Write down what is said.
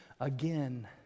again